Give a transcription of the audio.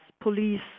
police